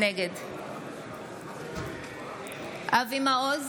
נגד אבי מעוז,